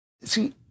See